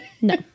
no